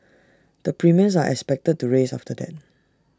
the premiums are expected to rise after that